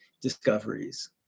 discoveries